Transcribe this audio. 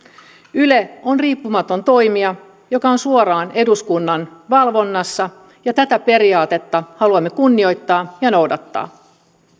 yle on riippumaton toimija joka on suoraan eduskunnan valvonnassa ja tätä periaatetta haluamme kunnioittaa ja noudattaa